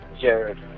Jared